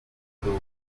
tubura